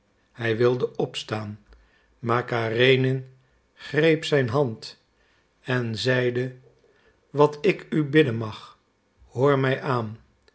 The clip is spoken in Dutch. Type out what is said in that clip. hij wilde opstaan maar karenin greep zijn hand en zeide wat ik u bidden mag hoor mij aan